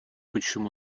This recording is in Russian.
почему